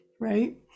Right